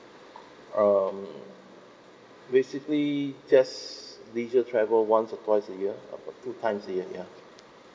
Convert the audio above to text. um basically just leisure travel once or twice a year about two times a year ya